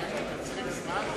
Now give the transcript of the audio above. צריכים זמן?